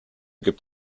gibt